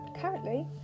Currently